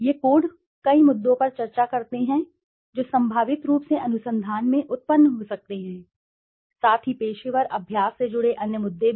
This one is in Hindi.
ये कोड कई मुद्दों पर चर्चा करते हैं जो संभावित रूप से अनुसंधान में उत्पन्न हो सकते हैं साथ ही पेशेवर अभ्यास से जुड़े अन्य मुद्दे भी